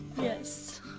Yes